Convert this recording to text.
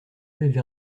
feuilles